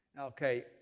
Okay